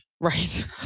Right